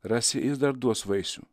rasi jis dar duos vaisių